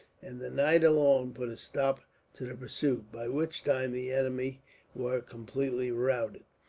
and the night alone put a stop to the pursuit, by which time the enemy were completely routed.